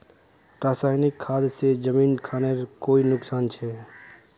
रासायनिक खाद से जमीन खानेर कोई नुकसान छे?